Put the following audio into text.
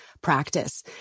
practice